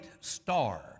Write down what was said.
star